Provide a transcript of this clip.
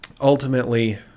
ultimately